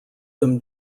them